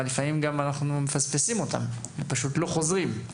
אבל לפעמים אנחנו מפספסים אותם והם פשוט לא חוזרים.